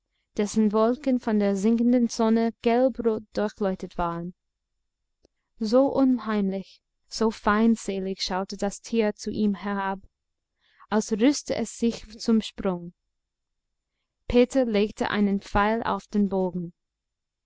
dessen wolken von der sinkenden sonne gelbrot durchleuchtet waren so unheimlich so feindselig schaute das tier zu ihm herab als rüste es sich zum sprung peter legte einen pfeil auf den bogen